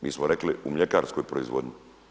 Mi smo rekli u mljekarskoj proizvodnji.